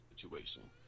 situation